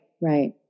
Right